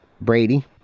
Brady